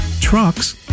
trucks